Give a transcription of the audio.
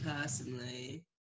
personally